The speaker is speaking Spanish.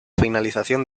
finalización